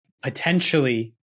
potentially